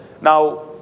Now